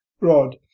rod